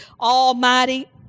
almighty